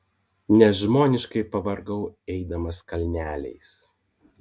nežmoniškai pavargau eidamas kalneliais